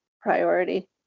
priority